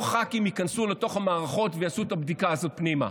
לא ח"כים ייכנסו לתוך המערכות ויעשו את הבדיקה הזו פנימה,